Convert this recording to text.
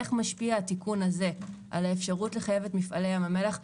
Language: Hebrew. איך משפיע התיקון הזה על האפשרות לחייב את מפעלי ים המלח,